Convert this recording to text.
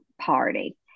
party